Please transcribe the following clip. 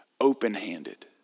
open-handed